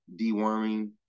deworming